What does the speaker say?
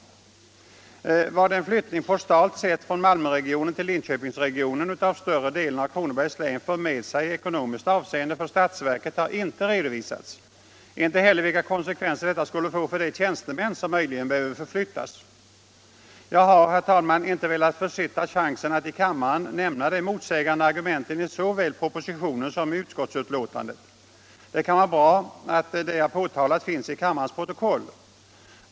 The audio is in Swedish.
Vad cen flyttning postalt sett från Malmöregionen till Linköpingsreglonen utav större delen av Kronobergs län för med sig i ekonomiskt avseende för statsverket har inte redovisats, inte heller vilka konsekvenser detta skulle få för de tjänstemän som möjligen behöver förflyttas. Jag har, herr talman, inte velat försitta chansen att i kammaren nämna de motsägande argumenten såväl i propositionen som i utskottsbetänkandet. Det kan vara bra att det jag påtalat finns i kammarens protokoll.